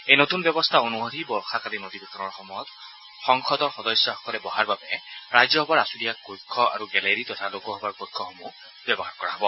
এই নতুন ব্যৱস্থা অনুসৰি বৰ্যকালীন অধিৱেশনৰ সময়ত সংসদৰ উভয় সদনৰ সদস্যসকলে বহাৰ বাবে ৰাজ্যসভাৰ আছূতীয়া কক্ষ আৰু গেলেৰী তথা লোকসভাৰ কক্ষসমূহ ব্যৱহাৰ কৰা হ'ব